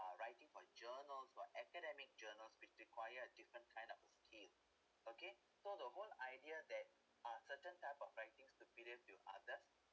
writing for journals for academic journals which require a different kind of skill okay so the whole idea that are certain type of writing superior to others